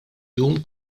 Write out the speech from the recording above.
jum